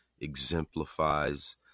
exemplifies